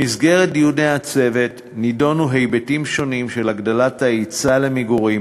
במסגרת דיוני הצוות נדונו היבטים שונים של הגדלת ההיצע למגורים